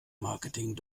marketing